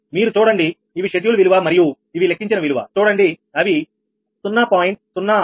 మీరు చూడండి ఇవి షెడ్యూల్ విలువ మరియు ఇవి లెక్కించిన విలువ చూడండి అవి 0